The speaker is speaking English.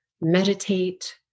meditate